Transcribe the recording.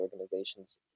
organizations